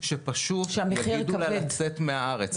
שפשוט יגידו לה לצאת מהארץ.